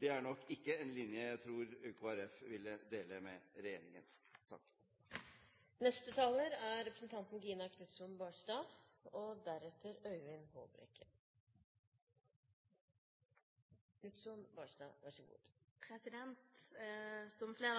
Det er nok ikke en linje jeg tror Kristelig Folkeparti vil dele med regjeringen. Som flere